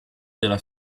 della